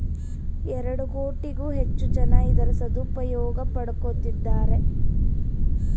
ಎರಡು ಕೋಟಿಗೂ ಹೆಚ್ಚು ಜನ ಇದರ ಸದುಪಯೋಗ ಪಡಕೊತ್ತಿದ್ದಾರೆ